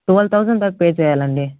twelve thousand per pay చేయాలండి